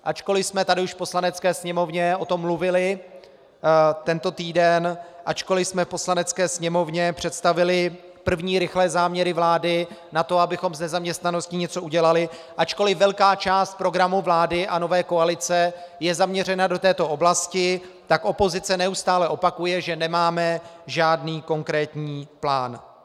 Ačkoliv už jsme tu v Poslanecké sněmovně o tom mluvili tento týden, ačkoliv jsme Poslanecké sněmovně představili první rychlé záměry vlády na to, abychom s nezaměstnaností něco udělali, ačkoliv velká část programu vlády a nové koalice je zaměřena na tuto oblast, tak opozice neustále opakuje, že nemáme žádný konkrétní plán.